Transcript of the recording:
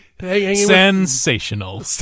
Sensational